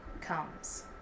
comes